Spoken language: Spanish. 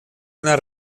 una